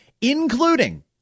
including